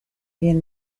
bien